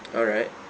alright